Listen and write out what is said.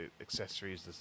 accessories